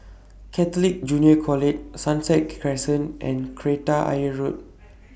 Catholic Junior College Sunset Crescent and Kreta Ayer Road